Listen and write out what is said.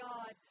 God